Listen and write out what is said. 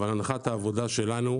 אבל הנחת העבודה שלנו,